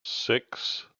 six